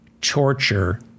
torture